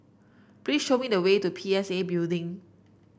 please show me the way to P S A Building